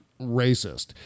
racist